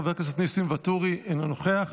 חברת הכנסת יוליה מלינובסקי, אינה נוכחת,